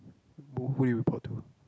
who do we report to